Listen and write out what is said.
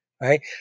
right